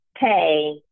pay